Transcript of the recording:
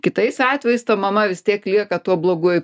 kitais atvejais ta mama vis tiek lieka tuo bloguoju